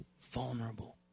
vulnerable